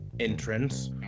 Entrance